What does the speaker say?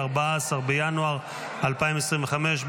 14 בינואר 2025,